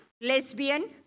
lesbian